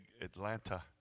Atlanta